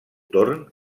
torn